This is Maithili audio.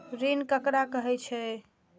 ऋण ककरा कहे छै?